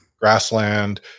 Grassland